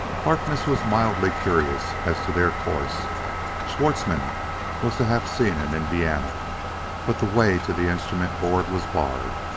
harkness was mildly curious as to their course schwartzmann was to have seen him in vienna but the way to the instrument board was barred.